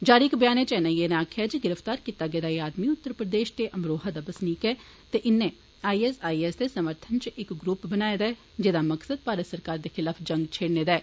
जारी इक बयानै च एनआईए नै आक्खेआ जे गिरफ्तार कीता गेदा एह् आदमी उत्तर प्रदेष दे अमरोहा दा बसनीक ऐ ते इन्नै आईएसआईएस दे समर्थन च इक ग्रुप बनाए दा ऐ जेदा मकसद भारत सरकार दे खलाफ जंग छेड़ने दा ऐ